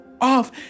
off